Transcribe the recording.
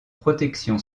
protection